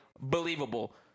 believable